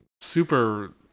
super